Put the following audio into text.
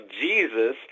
Jesus